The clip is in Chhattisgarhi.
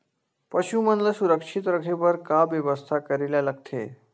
पशु मन ल सुरक्षित रखे बर का बेवस्था करेला लगथे?